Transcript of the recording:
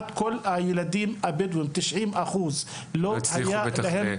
90% מהילדים הבדואים, לא היה להם.